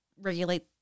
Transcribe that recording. regulate